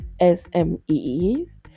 SMEs